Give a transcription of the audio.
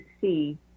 see